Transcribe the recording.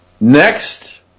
Next